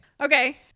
Okay